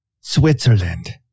Switzerland